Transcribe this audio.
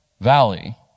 valley